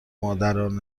مادران